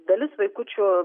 dalis vaikučių